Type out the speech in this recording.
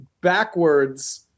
backwards